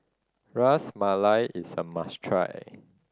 Ras Malai is a must try